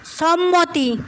সম্মতি